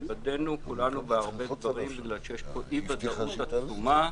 התבדינו כולנו בהרבה דברים בגלל שיש פה אי-ודאות עצומה.